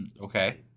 Okay